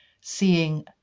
seeing